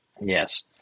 Yes